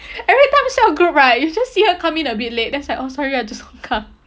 every time sure group right you just see her come in a bit late then I was like oh sorry ah just don't come